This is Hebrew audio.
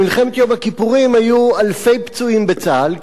במלחמת יום הכיפורים היו אלפי פצועים בצה"ל,